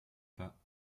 pas